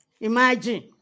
Imagine